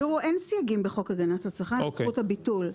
אין סייגים בחוק הגנת הצרכן על זכות הביטול.